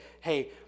hey